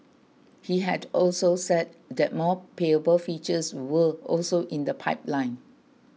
he had also said that more payable features were also in the pipeline